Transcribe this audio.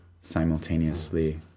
simultaneously